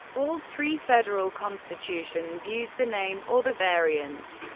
all three federal constitutions used the name or the variant,